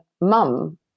mum